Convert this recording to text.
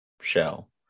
Shell